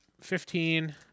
Fifteen